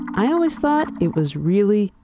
i always thought it was really,